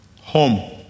home